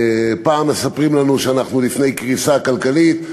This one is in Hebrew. פעם מספרים לנו שאנחנו לפני קריסה כלכלית,